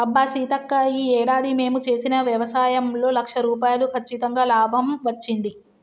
అబ్బా సీతక్క ఈ ఏడాది మేము చేసిన వ్యవసాయంలో లక్ష రూపాయలు కచ్చితంగా లాభం వచ్చింది